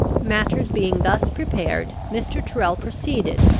matters being thus prepared, mr. tyrrel proceeded,